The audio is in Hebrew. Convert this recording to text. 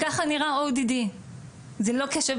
וככה נראה ODD, זה לא קשב